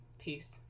peace